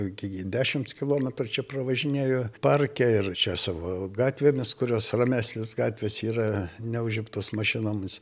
iki dešimts kilometrų čia pravažinėju parke ir čia savo gatvėmis kurios ramesnės gatvės yra neužimtos mašinomis